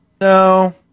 no